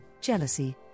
jealousy